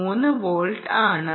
3 volt ആണ്